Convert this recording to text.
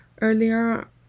Earlier